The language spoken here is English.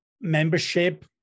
membership